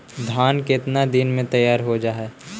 धान केतना दिन में तैयार हो जाय है?